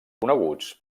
coneguts